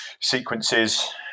sequences